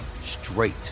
straight